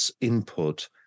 input